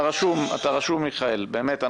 אתה רשום, מיכאל, באמת.